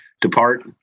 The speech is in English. depart